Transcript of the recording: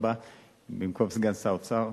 במקום סגן שר האוצר.